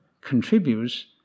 contributes